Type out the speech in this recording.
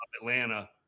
Atlanta